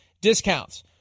discounts